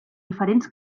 diferents